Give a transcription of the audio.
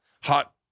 hot